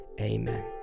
Amen